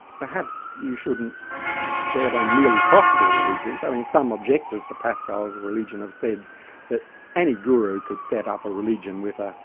perhaps you shouldn't bet on merely possible religions. i mean, some objectors to pascal's religion have said that any guru could set up a religion with a